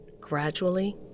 gradually